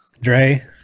Dre